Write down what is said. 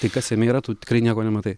tai kas jame yra tu tikrai nieko nematai